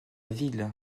ville